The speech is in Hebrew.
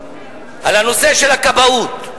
על הנושא של הכבאות,